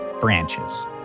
branches